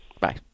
Bye